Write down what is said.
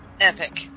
epic